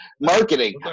marketing